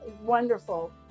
wonderful